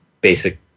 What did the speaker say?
basic